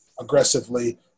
aggressively